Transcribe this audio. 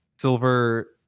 silver